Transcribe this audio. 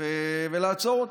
ולעצור אותם.